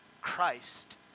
Christ